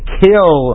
kill